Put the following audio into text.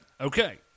Okay